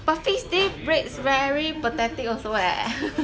but fixed D rates very pathetic also eh